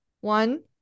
one